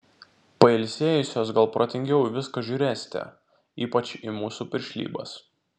pailsėjusios gal protingiau į viską žiūrėsite ypač į mūsų piršlybas